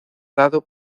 dado